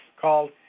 called